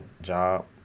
job